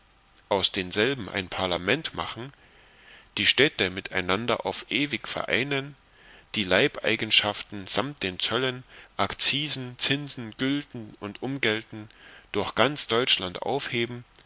aus denselben ein parlament machen die städte miteinander auf ewig vereinigen die leibeigenschaften samt allen zöllen akzisen zinsen gülten und umgelten durch ganz teutschland aufheben